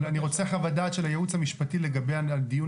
אבל אני רוצה חוות דעת של הייעוץ המשפטי לגבי הדיון